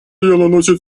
наносит